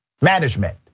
management